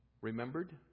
remembered